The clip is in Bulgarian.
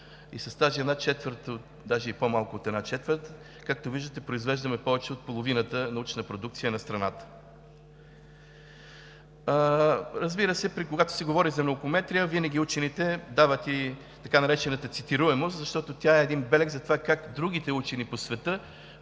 и с тази даже по-малко от една четвърт, както виждате, произвеждаме повече от половината научна продукция на страната. Когато се говори за наукометрия, винаги учените дават така наречената цитируемост, защото тя е белег за това как другите учени по света